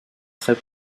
très